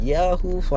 Yahoo